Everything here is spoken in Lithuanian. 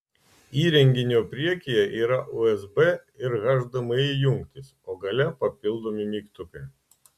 įrenginio priekyje yra usb ir hdmi jungtys o gale papildomi mygtukai